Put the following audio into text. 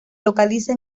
localiza